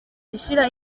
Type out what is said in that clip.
ishira